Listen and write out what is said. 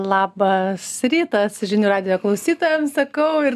labas rytas žinių radijo klausytojam sakau ir